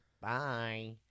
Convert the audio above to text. Bye